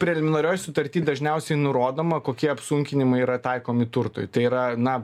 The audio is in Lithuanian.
preliminarioj sutarty dažniausiai nurodoma kokie apsunkinimai yra taikomi turtui tai yra na